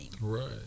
Right